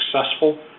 successful